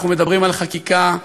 אנחנו מדברים על חקיקה.